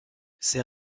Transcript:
ses